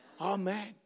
Amen